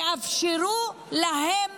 תאפשרו להן